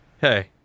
Hey